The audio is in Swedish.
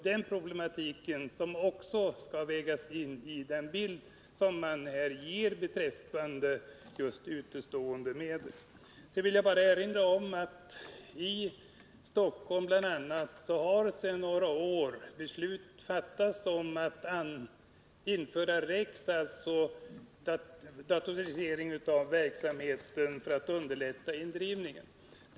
Den problematiken skall självfallet också vägas in i den bild som tecknas beträffande de utestående medlen. Sedan vill jag bara erinra om att det i bl.a. Stockholm för några år sedan fattades beslut om att införa REX, dvs. datorisera verksamheten, för att Nr 41 underlätta indrivningen.